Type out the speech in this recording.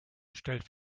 stellt